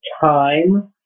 time